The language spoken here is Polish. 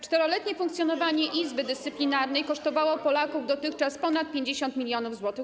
4-letnie funkcjonowanie Izby Dyscyplinarnej kosztowało Polaków dotychczas ponad 50 mln zł.